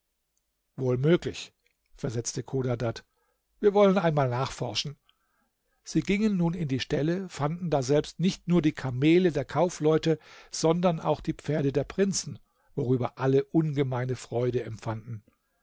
möglich versetzte chodadad wir wollen einmal nachforschen sie gingen nun in die ställe und fanden daselbst nicht nur die kamele der kaufleute sondern auch die pferde der prinzen worüber alle ungemeine freude empfanden